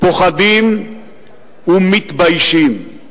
פוחדים ומתביישים.